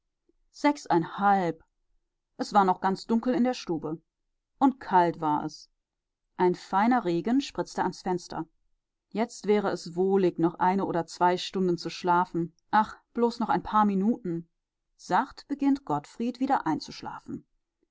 es war noch ganz dunkel in der stube und kalt war es ein feiner regen spritzte ans fenster jetzt wäre es wohlig noch eine oder zwei stunden zu schlafen ach bloß noch ein paar minuten sacht beginnt gottfried